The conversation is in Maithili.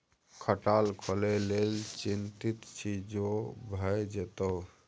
खटाल खोलय लेल चितिंत छी जो भए जेतौ